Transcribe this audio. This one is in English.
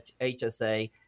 HSA